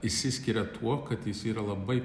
išsiskiria tuo kad jis yra labai